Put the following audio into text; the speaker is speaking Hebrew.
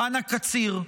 חנה קציר,